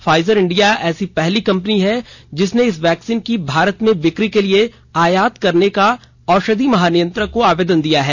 Pfizer India ऐसी पहली company है जिसने इस वैक्सीन की भारत में बिक्री के लिए आयात करने का औषधि महानियंत्रक को आवेदन दिया है